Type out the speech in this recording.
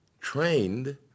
trained